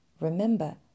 Remember